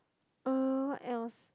uh what else